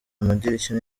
amadirishya